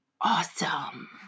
awesome